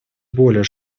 более